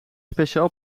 speciaal